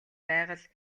байгаль